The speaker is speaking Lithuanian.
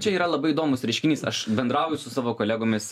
čia yra labai įdomus reiškinys aš bendrauju su savo kolegomis